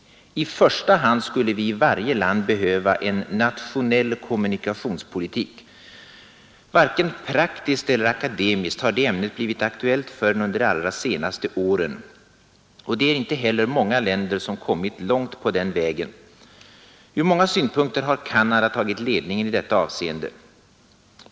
I första hand skulle vi i varje land behöva en nationell kommunikationspolitik. Varken praktiskt eller akademiskt har det ämnet blivit aktuellt förrän under de allra senaste åren och det är inte heller många länder som kommit långt på den vägen. Ur många synpunkter har Canada tagit ledningen i detta avseende.